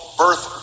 birth